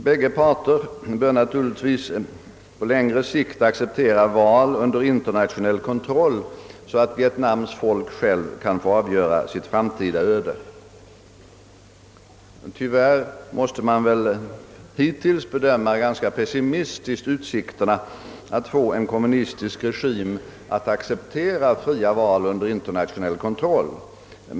Bägge parter bör naturligtvis på längre sikt acceptera val under internationell kontroll, så att Vietnams folk självt kan få avgöra sitt framtida öde. Tyvärr måste man väl hittills ganska pessimistiskt bedöma utsikterna att få en kommunistisk regim att acceptera fria val under internationell kontroll.